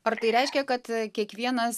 ar tai reiškia kad kiekvienas